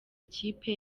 ikipe